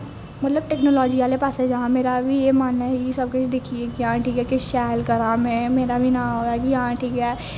मतलब टेक्नोलाॅजी आहले पास्सै जां मेरा एह्बी मन ऐ एह् सब किश दिक्खी कि किश ऐ में किश शैल करां में मेरा बी नां होवे